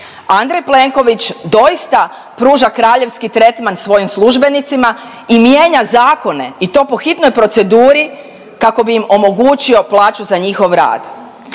Andrej Plenković doista pruža kraljevski tretman svojim službenicima i mijenja zakone i to po hitnoj proceduri kako bi im omogućio plaću za njihov rad.